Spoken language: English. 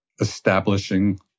establishing